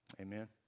Amen